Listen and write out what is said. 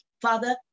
Father